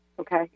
Okay